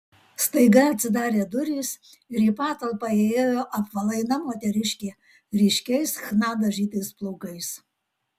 staiga atsidarė durys ir į patalpą įėjo apvalaina moteriškė ryškiais chna dažytais plaukais